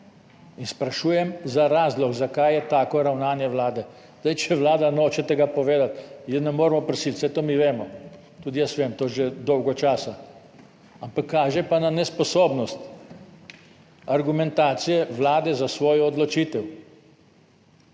in sprašujem za razlog, zakaj je tako ravnanje Vlade. Zdaj, če Vlada noče tega povedati, je ne moremo prositi, saj to mi vemo, tudi jaz vem to že dolgo časa, ampak kaže pa na nesposobnost argumentacije Vlade za svojo odločitev.